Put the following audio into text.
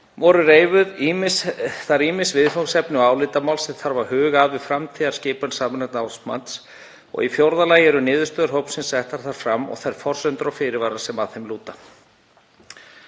voru reifuð þar ýmis viðfangsefni og álitamál sem þarf að huga að við framtíðarskipan sameinaðs námsmats. Í fjórða lagi voru niðurstöður hópsins settar þar fram og þær forsendur og fyrirvarar sem að þeim lúta.